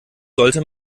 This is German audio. sollte